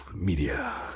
Media